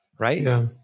Right